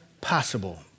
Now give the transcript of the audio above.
possible